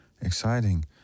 Exciting